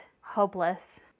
hopeless